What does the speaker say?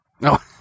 No